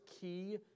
key